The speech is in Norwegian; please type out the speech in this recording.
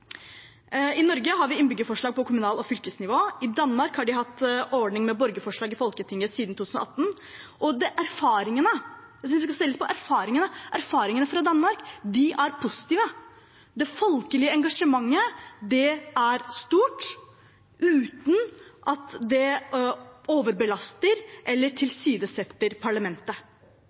I Norge har vi innbyggerforslag på kommunalt nivå og fylkesnivå. I Danmark har de hatt enordning med borgerforslag i Folketinget siden 2018. Hvis vi skal se litt på erfaringene, er erfaringene fra Danmark positive. Det folkelige engasjementet er stort uten at det overbelaster eller tilsidesetter parlamentet.